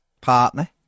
partner